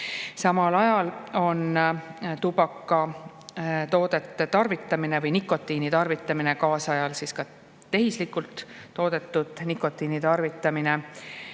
Samal ajal on tubakatoodete tarvitamine või nikotiini tarvitamine, kaasajal ka tehislikult toodetud nikotiini tarvitamine,